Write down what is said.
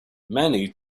many